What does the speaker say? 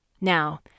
Now